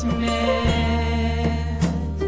meant